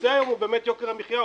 הנושא הוא באמת יוקר המחיה.